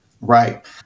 Right